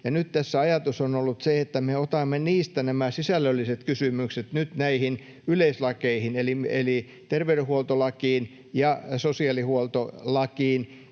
nyt tässä ajatus on ollut, että me otamme niistä nämä sisällölliset kysymykset nyt yleislakeihin eli terveydenhuoltolakiin ja sosiaalihuoltolakiin